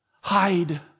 hide